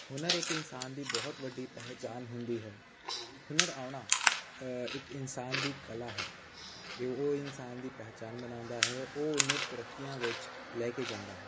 ਹੁਨਰ ਇੱਕ ਇਨਸਾਨ ਦੀ ਬਹੁਤ ਵੱਡੀ ਪਹਿਚਾਣ ਹੁੰਦੀ ਹੈ ਹੁਨਰ ਆਉਣਾ ਇੱਕ ਇਨਸਾਨ ਦੀ ਕਲਾ ਹੈ ਇਹ ਉਹ ਇਨਸਾਨ ਦੀ ਪਹਿਚਾਣ ਬਣਾਉਂਦਾ ਹੈ ਉਹ ਉਹਨੂੰ ਤਰੱਕੀਆਂ ਵਿੱਚ ਲੈ ਕੇ ਜਾਂਦਾ ਹੈ